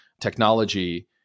technology